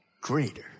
greater